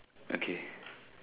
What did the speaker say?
okay